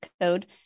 code